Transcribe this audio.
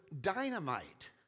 dynamite